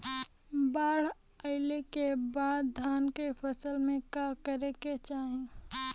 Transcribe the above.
बाढ़ आइले के बाद धान के फसल में का करे के चाही?